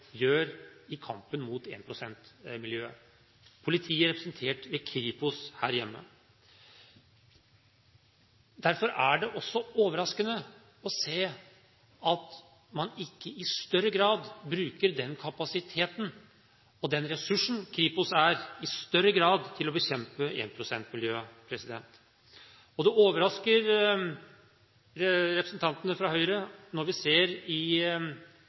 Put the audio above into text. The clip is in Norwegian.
gjør i kampen mot énprosentmiljøene. Derfor er det også overraskende å se at man ikke i større grad bruker den kapasiteten og den ressursen Kripos er, til å bekjempe énprosentmiljøet. Det overrasket representantene fra Høyre da vi i